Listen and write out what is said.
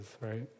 right